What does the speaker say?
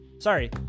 Sorry